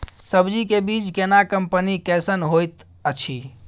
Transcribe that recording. सब्जी के बीज केना कंपनी कैसन होयत अछि?